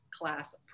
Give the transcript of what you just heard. class